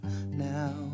now